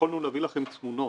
יכולנו להביא לכם תמונות,